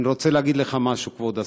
אני רוצה להגיד לך משהו, כבוד השר,